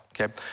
okay